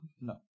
No